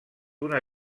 una